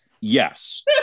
Yes